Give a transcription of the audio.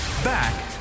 Back